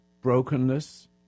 brokenness